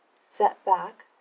setback